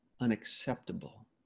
unacceptable